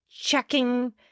checking